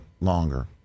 longer